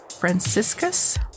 Franciscus